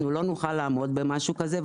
אנחנו לא נוכל לעמוד במשהו כזה.